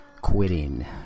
quitting